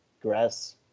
grass